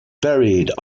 buried